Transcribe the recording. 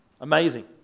Amazing